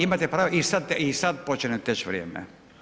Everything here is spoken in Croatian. Imate pravo i sad i sad počinje teć vrijeme.